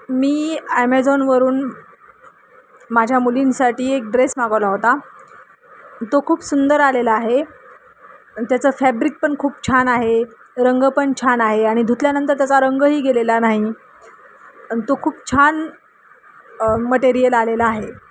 मी ॲमेझॉनवरून माझ्या मुलींसाठी एक ड्रेस मागवला होता तो खूप सुंदर आलेला आहे त्याचं फॅब्रिक पण खूप छान आहे रंग पण छान आहे आणि धुतल्यानंतर त्याचा रंगही गेलेला नाही आणि तो खूप छान मटेरियल आलेला आहे